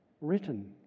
written